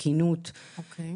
תקינות מכשירים,